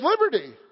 liberty